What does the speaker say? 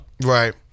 Right